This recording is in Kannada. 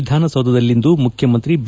ವಿಧಾನಸೌಧದಲ್ಲಿಂದು ಮುಖ್ಯಮಂತ್ರಿ ಬಿ